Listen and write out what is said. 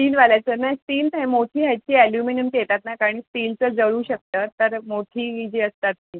स्टीलवाल्याचं नाही स्टील नाही मोठी ह्याची ॲल्युमिनियमची येतात ना कारण स्टीलचं जळू शकतं तर मोठी जी असतात ती